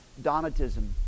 Donatism